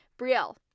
Brielle